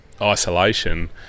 isolation